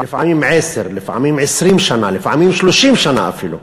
לפעמים עשר, לפעמים 20 שנה, לפעמים 30 שנה אפילו,